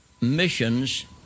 missions